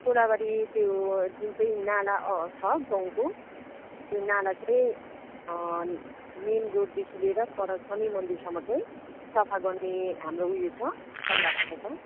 कोलाबारी त्यो जुन चाहिँ नाला छ गाउँको त्यो नाला चाहिँ मेन रोडदेखि लिएर पर शनि मन्दिरसम्म चाहिँ सफा गर्ने हाम्रो उयो छ सल्लाह भएको छ